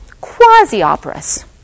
quasi-operas